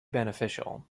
beneficial